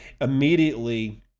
immediately